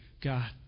God